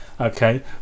okay